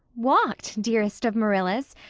walked, dearest of marillas.